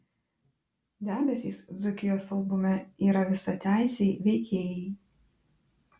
debesys dzūkijos albume yra visateisiai veikėjai